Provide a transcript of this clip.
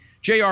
JR